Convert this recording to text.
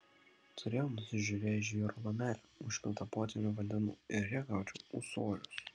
turėjau nusižiūrėjęs žvyro lomelę užpiltą potvynio vandenų ir joje gaudžiau ūsorius